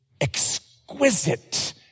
exquisite